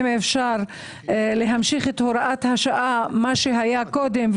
אם אפשר להמשיך את הוראת השעה כפי שהיה קודם,